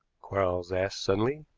quarles asked suddenly.